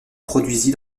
produisit